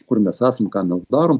kur mes esam ką mes darom